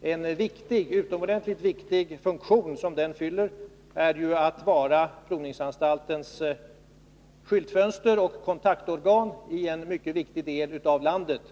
får ju den effekten. En utomordentligt viktig funktion som den fyller är ju att vara provningsanstaltens skyltfönster och kontaktorgan i en mycket viktig del av landet.